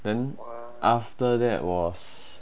then after that was